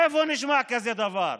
איפה נשמע כזה דבר?